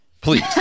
Please